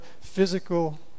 physical